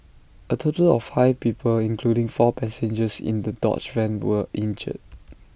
A total of five people including four passengers in the dodge van were injured